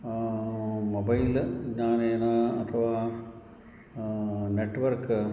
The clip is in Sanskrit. मोबैल् ज्ञानेन अथवा नेट्वर्क्